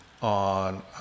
on